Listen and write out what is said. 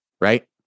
right